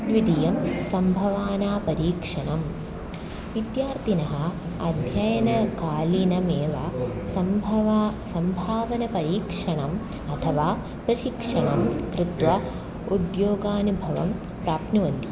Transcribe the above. द्वितीयं सम्भवाना परीक्षणम् विद्यार्थिनः अद्ययनकालीनमेव सम्भवना सम्भावना परीक्षणम् अथवा प्रशिक्षणं कृत्वा उद्योगानुभवं प्राप्नुवन्ति